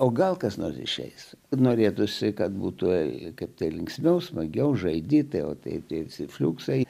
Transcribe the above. o gal kas nors išeis bet norėtųsi kad būtų tai kaip tai linksmiau smagiau žaidi tai va taip kaip liuksai